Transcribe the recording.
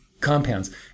compounds